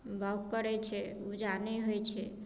बौग करैत छै उपजा नहि होइत छै